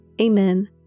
Amen